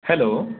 hello